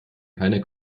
keiner